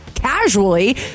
Casually